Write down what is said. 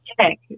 check